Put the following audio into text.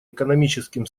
экономическим